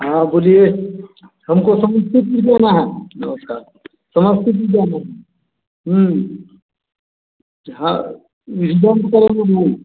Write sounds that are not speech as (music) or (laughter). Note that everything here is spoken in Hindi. हाँ बोलिए हमको समस्तीपुर जाना है नमस्कार समस्तीपुर जाना है हँ (unintelligible)